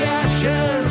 ashes